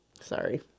Sorry